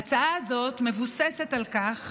ההצעה הזאת מבוססת על כך